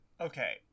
Okay